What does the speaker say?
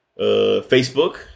Facebook